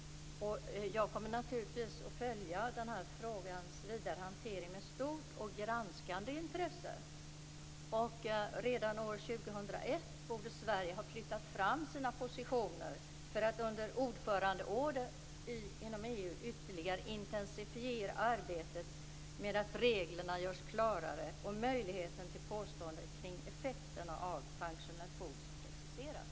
Jag kommer naturligtvis att följa den här frågans vidare hantering med stort och granskande intresse. Redan år 2001 borde Sverige ha flyttat fram sina positioner för att under sitt ordförandeår inom EU ytterligare intensifiera arbetet med att göra reglerna klarare när det gäller möjligheten till påståenden kring effekterna av functional foods preciseras.